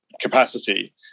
capacity